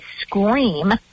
scream